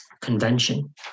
Convention